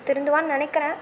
திருந்துவான்னு நினைக்குறேன்